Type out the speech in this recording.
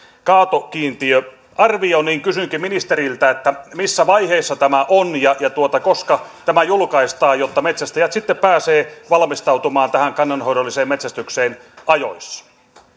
kaatokiintiöarvio niin kysynkin ministeriltä missä vaiheessa tämä on ja ja koska tämä julkaistaan jotta metsästäjät sitten pääsevät valmistautumaan tähän kannanhoidolliseen metsästykseen ajoissa